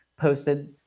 posted